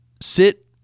sit